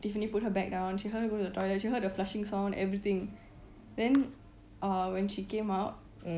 tiffany put her bag down she heard her go to the toilet she heard the flushing sound everything then uh when she came out